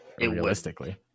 realistically